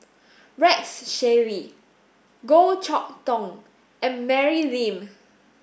Rex Shelley Goh Chok Tong and Mary Lim